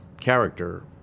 character